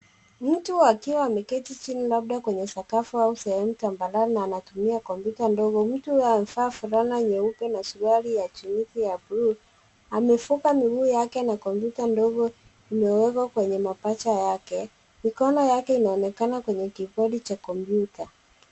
Mtu akiwa ameketi chini labda kwenye sakafu au sehemu tambarare na anatumia kompyuta ndogo. Mtu huyu amevaa fulana nyeupe na suruali ya jinisi ya buluu, amefunga miguu yake na kompyuta ndogo imewekwa kwenye mapaja yake. Mikono yake inaonekana kwenye kivuli cha kompyuta.